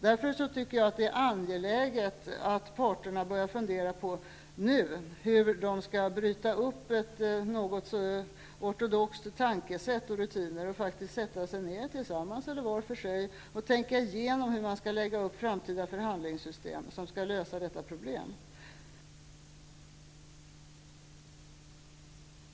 Därför tycker jag att det är angeläget att parterna börjar fundera på hur de skall bryta upp ortodoxa tänkesätt och rutiner och sätta sig ned tillsammans eller var för sig och tänka igenom hur man skall lägga upp framtida förhandlingssystem.